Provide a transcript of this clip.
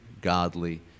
godly